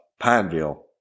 Pineville